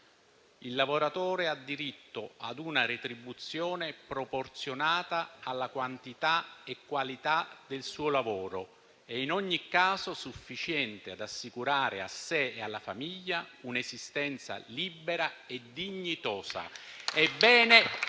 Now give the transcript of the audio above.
«Il lavoratore ha diritto ad una retribuzione proporzionata alla quantità e qualità del suo lavoro e in ogni caso sufficiente ad assicurare a sé e alla famiglia un'esistenza libera e dignitosa».